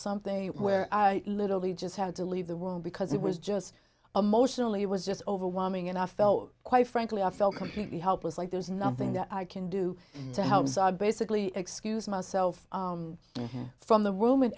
something where i literally just had to leave the room because it was just a motion only it was just overwhelming and i felt quite frankly i felt completely helpless like there is nothing that i can do to help so i basically excuse myself from the room and